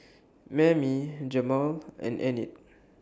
Mammie Jamaal and Enid